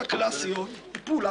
אולי זה ירע,